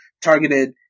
targeted